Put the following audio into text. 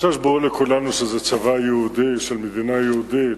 אני חושב שברור לכולנו שזה צבא יהודי של מדינה יהודית.